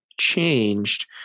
changed